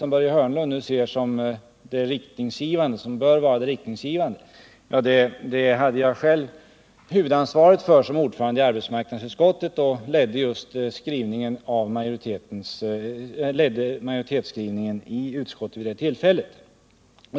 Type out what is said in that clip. Mot den bakgrunden är det kanske på sin plats att jag här från talarstolen påpekar att jag själv hade huvudansvaret för detta betänkande såsom ordförande i arbetsmarknadsutskottet, och jag ledde majoritetsskrivningen i utskottet vid det tillfället.